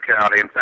County